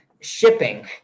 shipping